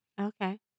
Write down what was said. Okay